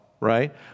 right